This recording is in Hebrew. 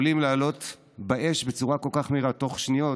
יכולים לעלות באש בצורה כל כך מהירה, בתוך שניות,